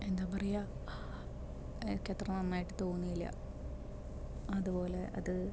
എന്താ പറയുക എനിക്ക് അത്ര നന്നായിട്ട് തോന്നിയില്ല അതുപോലെ അത്